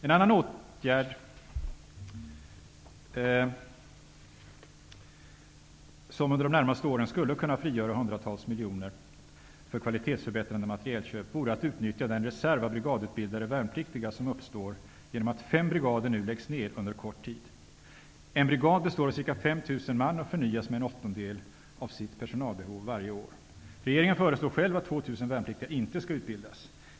En annan åtgärd som under de närmaste åren skulle kunna frigöra hundratals miljoner för kvalitetsförbättrande materielköp vore att utnyttja den reserv av brigadutbildade värnpliktiga som uppstår genom att fem brigader nu läggs ned under kort tid. En brigad består av ca 5 000 man och förnyas med en åttondel av sitt personalbehov varje år. Regeringen föreslår själv att 2 000 värnpliktiga inte skall utbildas.